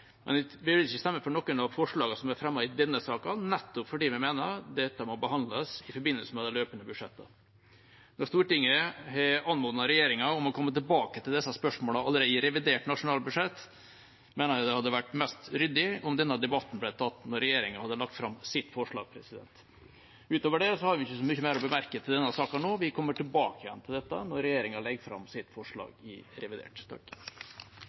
vi vil ikke stemme for noen av forslagene som er fremmet i denne saken, nettopp fordi vi mener det må behandles i forbindelse med de løpende budsjettene. Da Stortinget har anmodet regjeringa om å komme tilbake til disse spørsmålene allerede i revidert nasjonalbudsjett, mener jeg det hadde vært mest ryddig om denne debatten ble tatt når regjeringa har lagt fram sitt forslag. Utover det har vi ikke så mye mer å bemerke til denne saken nå. Vi kommer tilbake til dette når regjeringa legger fram sitt forslag i revidert